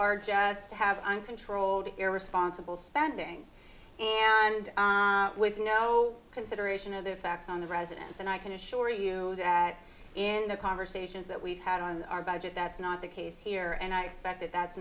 are just have uncontrolled irresponsible spending and with no consideration of the facts on the residence and i can assure you that in the conversations that we've had on our budget that's not the case here and i expect that